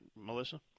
Melissa